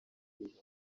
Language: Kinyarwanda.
y’ibihe